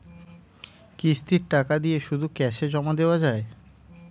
কিস্তির টাকা দিয়ে শুধু ক্যাসে জমা দেওয়া যায়?